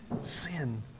sin